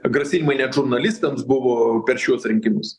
grasinimai net žurnalistams buvo per šiuos rinkimus